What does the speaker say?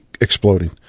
exploding